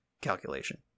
calculation